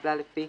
שהתקבלה לפי